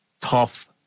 Tough